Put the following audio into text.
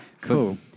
Cool